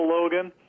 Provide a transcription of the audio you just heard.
Logan